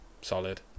Solid